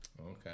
Okay